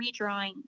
redrawing